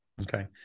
Okay